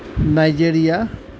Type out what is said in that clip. Nigeria